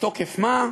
מתוקף מה?